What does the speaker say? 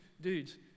dudes